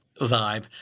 vibe